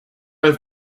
have